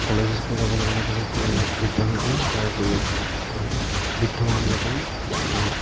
college school যাবৰ কাৰণে বহুত দিগদাৰ হৈ পৰে তাৰোপৰিও বৃদ্ধ মানুহবিলাকেও